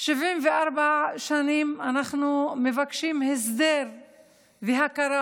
74 שנים אנחנו מבקשים הסדר והכרה